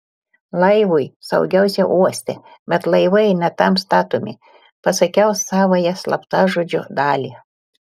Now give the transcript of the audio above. laivui saugiausia uoste bet laivai ne tam statomi pasakiau savąją slaptažodžio dalį